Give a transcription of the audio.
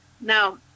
now